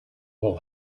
will